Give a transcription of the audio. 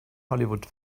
hollywood